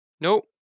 Nope